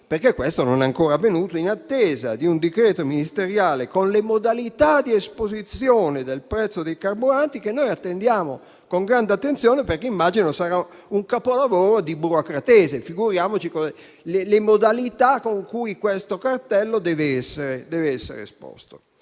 perché questo non è ancora avvenuto, in attesa di un decreto ministeriale recante le modalità di esposizione del prezzo dei carburanti che attendiamo con grande attenzione, perché immagino che sarà un capolavoro di burocratese. Figuriamoci le modalità con cui questo cartello dovrà essere esposto.